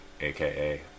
aka